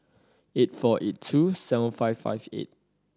eight four eight two seven five five eight